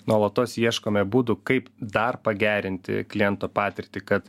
nuolatos ieškome būdų kaip dar pagerinti kliento patirtį kad